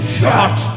shot